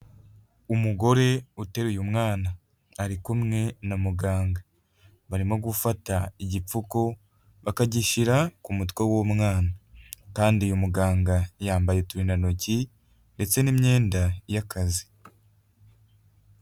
Umugore uteruye umwana ari kumwe na muganga barimo gufata igipfuko bakagishyira ku mutwe w'umwana, kandi uyu muganga yambaye uturindantoki ndetse n'imyenda y'akazi.